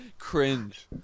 cringe